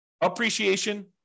appreciation